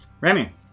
Remy